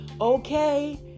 okay